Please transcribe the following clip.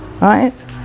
Right